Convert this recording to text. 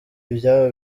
ibyabo